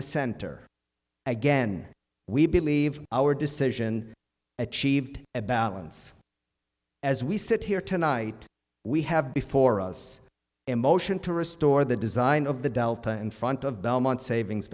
the center again we believe our decision achieved a balance as we sit here tonight we have before us in motion to restore the design of the delta in front of belmont savings